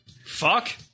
Fuck